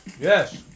Yes